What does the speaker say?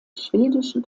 schwedischen